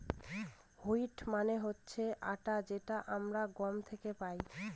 wheat মানে হচ্ছে আটা যেটা আমরা গম থেকে পাই